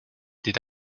did